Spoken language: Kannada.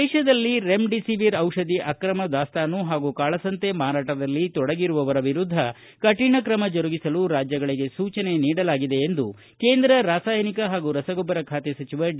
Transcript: ದೇಶದಲ್ಲಿ ರೆಮ್ಡಿಸಿವಿರ್ ಔಷಧಿ ಆಕ್ರಮ ದಾಸ್ತಾನು ಹಾಗೂ ಕಾಳಸಂತೆ ಮಾರಾಟದಲ್ಲಿ ತೊಡಗಿರುವವರ ವಿರುದ್ದ ಕಠಿಣ ಕ್ರಮ ಜರುಗಿಸಲು ರಾಜ್ಯಗಳಿಗೆ ಸೂಚನೆ ನೀಡಲಾಗಿದೆ ಎಂದು ಕೇಂದ್ರ ರಾಸಾಯನಿಕ ಹಾಗೂ ರಸಗೊಬ್ಲರ ಖಾತೆ ಸಚಿವ ಡಿ